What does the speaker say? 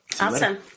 awesome